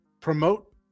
promote